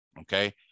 okay